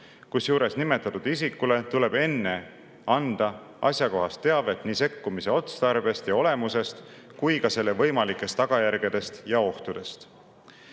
Kusjuures nimetatud isikule tuleb enne anda asjakohast teavet nii sekkumise otstarbest ja olemusest kui ka selle võimalikest tagajärgedest ja ohtudest.